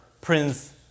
Prince